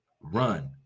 run